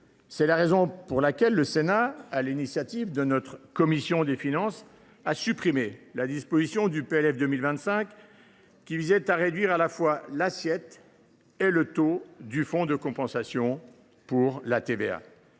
est la raison pour laquelle le Sénat, sur l’initiative de notre commission des finances, a supprimé la disposition du PLF pour 2025 qui visait à réduire à la fois l’assiette et le taux du fonds de compensation pour la TVA.